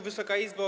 Wysoka Izbo!